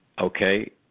Okay